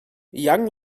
young